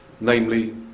namely